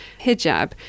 hijab